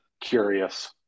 curious